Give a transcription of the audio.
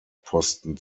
posten